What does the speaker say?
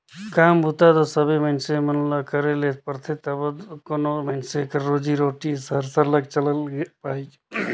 काम बूता दो सबे मइनसे मन ल करे ले परथे तबे दो कोनो मइनसे कर रोजी रोटी हर सरलग चइल पाही